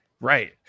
Right